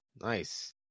nice